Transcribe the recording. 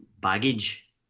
baggage